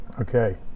Okay